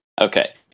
okay